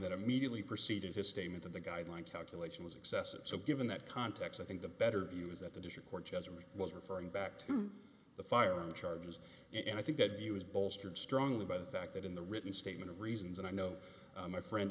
that immediately preceded his statement that the guideline calculation was excessive so given that context i think the better view is that the district court judgment was referring back to the firing charges and i think that he was bolstered strongly by the fact that in the written statement of reasons and i know my friend